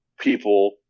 People